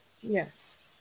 Yes